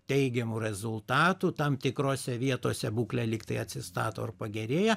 teigiamų rezultatų tam tikrose vietose būklė lygtai atsistato ir pagerėja